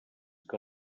que